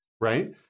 right